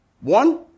One